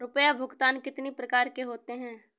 रुपया भुगतान कितनी प्रकार के होते हैं?